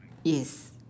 yes